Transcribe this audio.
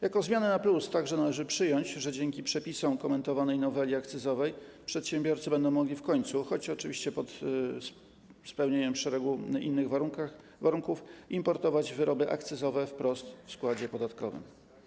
Jako zmianę na plus także należy przyjąć, że dzięki przepisom komentowanej noweli akcyzowej przedsiębiorcy będą mogli w końcu, choć oczywiście po spełnieniu szeregu innych warunków, importować wyroby akcyzowe wprost w składzie podatkowym.